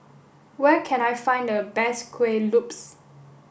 where can I find the best Kueh Lopes